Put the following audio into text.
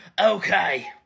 okay